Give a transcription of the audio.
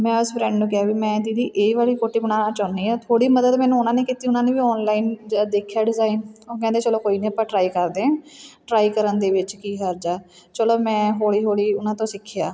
ਮੈਂ ਉਸ ਫਰੈਂਡ ਨੂੰ ਕਿਹਾ ਵੀ ਮੈਂ ਦੀਦੀ ਇਹ ਵਾਲੀ ਕੋਟੀ ਬਣਾਉਣਾ ਚਾਹੁੰਦੀ ਹਾਂ ਥੋੜ੍ਹੀ ਮਦਦ ਮੈਨੂੰ ਉਹਨਾਂ ਨੇ ਕੀਤੀ ਉਹਨਾਂ ਨੇ ਵੀ ਔਨਲਾਈਨ ਜ ਦੇਖਿਆ ਡਿਜ਼ਾਈਨ ਉਹ ਕਹਿੰਦੇ ਚਲੋ ਕੋਈ ਨਹੀਂ ਆਪਾਂ ਟਰਾਈ ਕਰਦੇ ਹਾਂ ਟਰਾਈ ਕਰਨ ਦੇ ਵਿੱਚ ਕੀ ਹਰਜ਼ ਹੈ ਚਲੋ ਮੈਂ ਹੌਲੀ ਹੌਲੀ ਉਹਨਾਂ ਤੋਂ ਸਿੱਖਿਆ